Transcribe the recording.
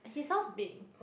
his house big